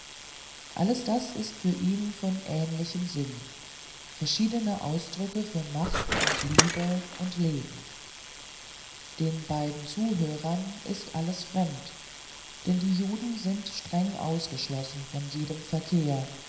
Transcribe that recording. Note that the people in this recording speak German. alles das ist für ihn von ähnlichem sinn verschiedene ausdrücke für macht und liebe und leben den beiden zuhörern ist alles fremd denn die juden sind streng ausgeschlossen von jedem verkehr